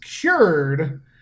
cured